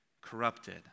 corrupted